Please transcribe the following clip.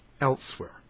elsewhere